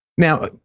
Now